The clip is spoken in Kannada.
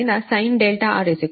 6 ಸರಿನಾ